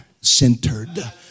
centered